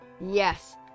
Yes